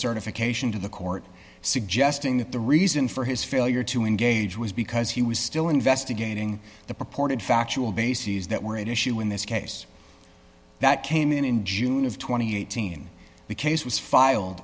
certification to the court suggesting that the reason for his failure to engage was because he was still investigating the purported factual bases that were an issue in this case that came in in june of two thousand and eighteen the case was filed